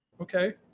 Okay